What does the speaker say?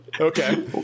Okay